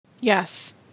Yes